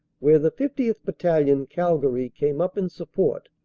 where the fiftieth. battalion, cal gary, came up in support,